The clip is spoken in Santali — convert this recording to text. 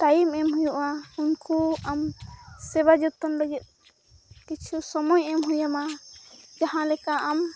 ᱴᱟᱭᱤᱢ ᱮᱢ ᱦᱩᱭᱩᱜᱼᱟ ᱩᱱᱠᱩ ᱟᱢ ᱥᱮᱵᱟ ᱡᱚᱛᱚᱱ ᱞᱟᱹᱜᱤᱫ ᱠᱤᱪᱷᱩ ᱥᱚᱢᱚᱭ ᱮᱢ ᱦᱩᱭ ᱟᱢᱟ ᱡᱟᱦᱟᱸ ᱞᱮᱠᱟ ᱟᱢ